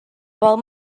pel